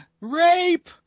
Rape